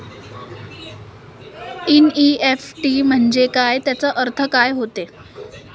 NEFT म्हंजे काय, त्याचा अर्थ काय होते?